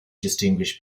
distinguished